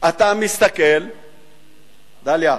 אתה מסתכל דליה,